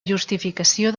justificació